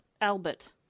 Albert